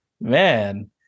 man